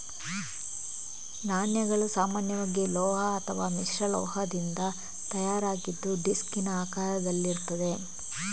ನಾಣ್ಯಗಳು ಸಾಮಾನ್ಯವಾಗಿ ಲೋಹ ಅಥವಾ ಮಿಶ್ರಲೋಹದಿಂದ ತಯಾರಾಗಿದ್ದು ಡಿಸ್ಕಿನ ಆಕಾರದಲ್ಲಿರ್ತದೆ